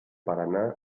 paraná